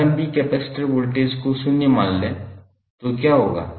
प्रारंभिक capacitor voltage को शून्य मान लें तो क्या होगा